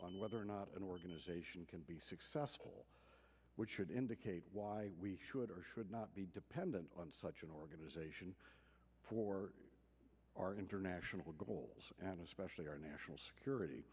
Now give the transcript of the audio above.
on whether or not an organization can be successful which should indicate why we should or should not be dependent on such an organization for our international goals and especially our national